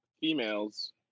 females